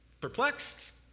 Perplexed